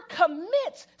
commits